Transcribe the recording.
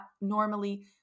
normally